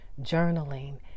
journaling